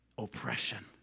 oppression